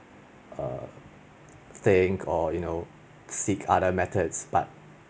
err think or you know seek other methods but